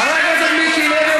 חבר הכנסת מיקי לוי,